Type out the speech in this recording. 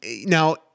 now